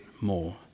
more